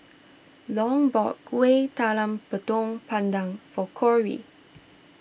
Long bought Kuih Talam Tepong Pandan for Corrie